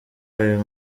ayo